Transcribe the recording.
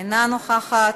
אינה נוכחת,